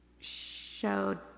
showed